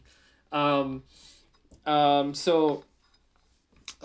um um so